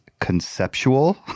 conceptual